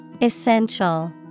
Essential